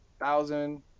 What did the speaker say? Thousand